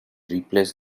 replace